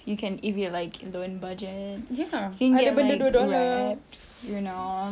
you can if you like low budget can get like perhaps you know